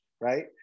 right